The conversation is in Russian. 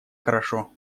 хорошо